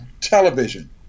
television